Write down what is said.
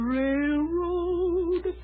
railroad